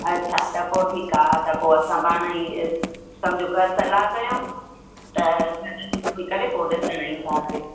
अच्छा त पोइ ठीकु आहे हा त पोइ असां पाण ई समुझो घरि सलाह कयूं त गॾु थी करे पोइ ॾिसण ईंदासीं